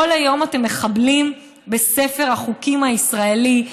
כל היום אתם מחבלים בספר החוקים הישראלי,